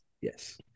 yes